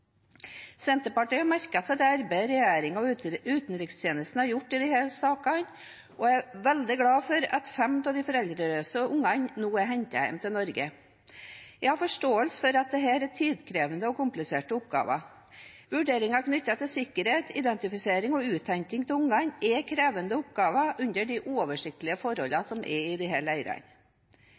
Senterpartiet har merket seg det arbeidet regjeringen og utenrikstjenesten har gjort i disse sakene, og er veldig glad for at fem av de foreldreløse barna nå er hentet hjem til Norge. Jeg har forståelse for at dette er tidkrevende og kompliserte oppgaver. Vurderinger knyttet til sikkerhet, identifisering og uthenting av barna er krevende oppgaver under de uoversiktlige forholdene som er i